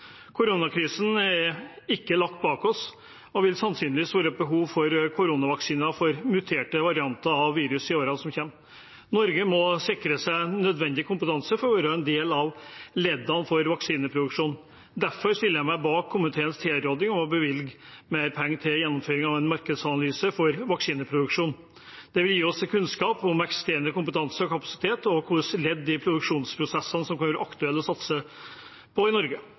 Koronakrisen er ikke lagt bak oss, og det vil sannsynligvis være et behov for koronavaksiner mot muterte varianter av viruset i årene som kommer. Norge må sikre seg nødvendig kompetanse for å være en del av leddene i vaksineproduksjonen. Derfor stiller jeg meg bak komiteens tilråding om å bevilge mer penger til gjennomføring av en markedsanalyse for vaksineproduksjon. Det vil gi oss kunnskap om eksisterende kompetanse og kapasitet og hvilke ledd i produksjonsprosessene som kan være aktuelle å satse på i Norge.